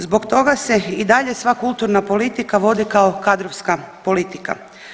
Zbog toga se i dalje sva kulturna politika vodi kao kadrovska politika.